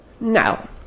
Now